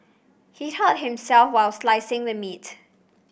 he hurt himself while slicing the meat